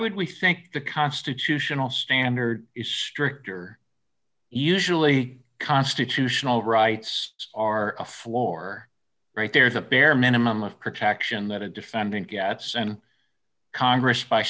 would we think the constitutional standard is stricter usually constitutional rights are a floor right there is a bare minimum of protection that a defendant gets and congress by